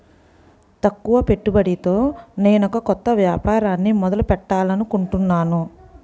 తక్కువ పెట్టుబడితో నేనొక కొత్త వ్యాపారాన్ని మొదలు పెట్టాలనుకుంటున్నాను